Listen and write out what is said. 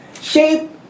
shape